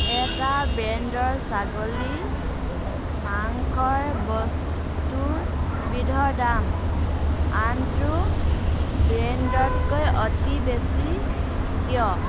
এটা ব্ৰেণ্ডৰ ছাগলীৰ মাংসৰ বস্তুৰ বিধৰ দাম আনটো ব্ৰেণ্ডতকৈ অতি বেছি কিয়